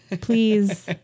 Please